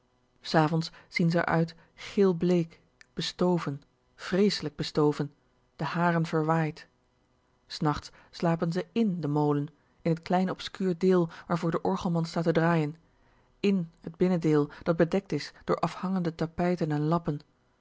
s avonds zien ze er uit geelbleek bestoven vrééslijk bestoven de haren verwaaid s nachts slapen ze i n den molen in t klein obscuur deel waarvoor de orgelman staat te draaien i n t binnendeel dat bedekt is door afhangende tapijten en lappen